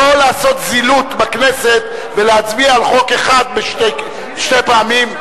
לעשות זילות בכנסת ולהצביע על חוק אחד שתי פעמים.